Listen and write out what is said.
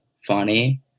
funny